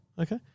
Okay